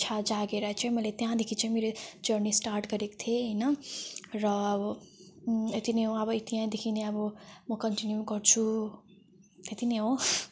इच्छा जागेर चाहिँ मैले त्यहाँदेखि चाहिँ मेरो जर्नी स्टार्ट गरेको थिएँ होइन र अब यति नै हो अब यति यहाँदेखि नै अब म कन्टिन्यु गर्छु त्यति नै हो